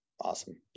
awesome